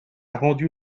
rendu